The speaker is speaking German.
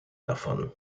davon